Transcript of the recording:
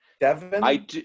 Devon